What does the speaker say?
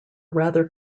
rather